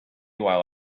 while